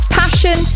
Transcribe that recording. passion